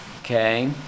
Okay